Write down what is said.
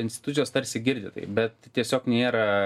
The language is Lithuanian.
institucijos tarsi girdi tai bet tiesiog nėra